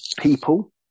people